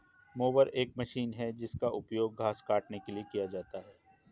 mower एक machine है जिसका उपयोग घास काटने के लिए किया जाता है